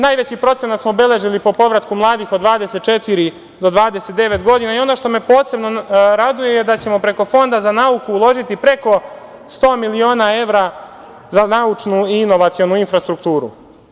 Najveći procenat smo beležili po povratku mladih od 24 do 29 godina i ono što me posebno raduje je da ćemo preko Fonda za nauku uložiti preko 100 miliona evra za naučnu i inovacionu infrastrukturu.